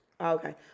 Okay